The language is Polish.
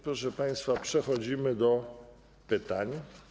Proszę państwa, przechodzimy do pytań.